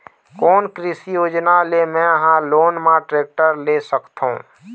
कोन कृषि योजना ले मैं हा लोन मा टेक्टर ले सकथों?